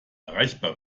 erreichbar